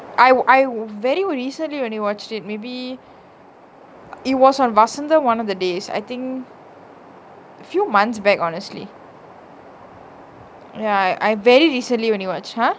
I I very recently only watched it maybe it was on vasantham one of the days I think few months back honestly ya I very recently only watched